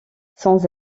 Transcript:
sans